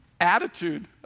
attitude